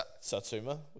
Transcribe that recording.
Satsuma